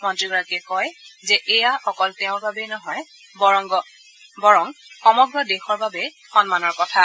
মন্ত্ৰীগৰাকীয়ে কয় যে এয়া অকল তেওঁৰ বাবেই নহয় বৰং সমগ্ৰ দেশৰ বাবে সন্মানৰ কথা